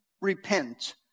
repent